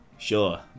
Sure